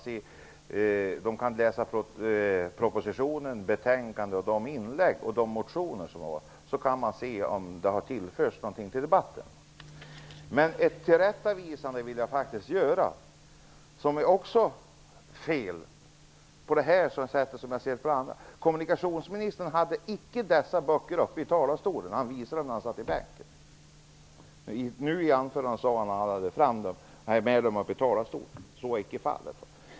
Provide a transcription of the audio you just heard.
Man kan läsa propositionen, betänkandet, de inlägg som görs och de motioner som finns. Då kan man se om det har tillförts någonting till debatten. Jag vill faktiskt göra ett tillrättaläggande. Det som sades var fel. Kommunikationsministern hade icke dessa böcker med sig uppe i talarstolen. Han visade dem när han satt i bänken. I sitt förra anförande sade han att han hade med dem upp i talarstolen. Så var icke fallet.